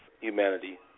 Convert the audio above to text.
humanity